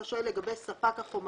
אתה שואל לגבי ספק החומרים.